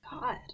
God